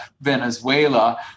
Venezuela